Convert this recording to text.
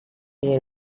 you